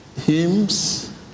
hymns